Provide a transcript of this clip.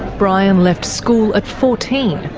brian left school at fourteen,